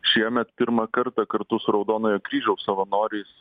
šiemet pirmą kartą kartu su raudonojo kryžiaus savanoriais